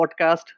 podcast